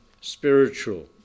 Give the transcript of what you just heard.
spiritual